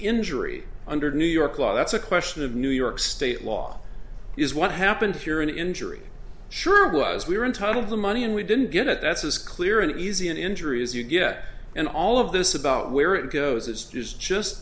injury under new york law that's a question of new york state law is what happened here and injury sure was we were in total the money and we didn't get it that's as clear and easy an injury as you get and all of this about where it goes it's just